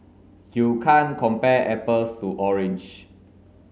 you can't compare apples to orange